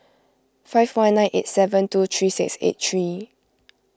five one nine eight seven two three six eight three